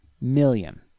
million